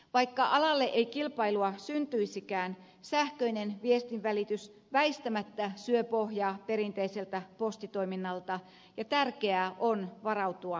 vaikka alalle ei kilpailua syntyisikään sähköinen viestinvälitys väistämättä syö pohjaa perinteiseltä postitoiminnalta ja tärkeää on varautua juuri tähän